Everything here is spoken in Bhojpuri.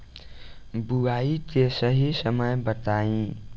बुआई के सही समय बताई?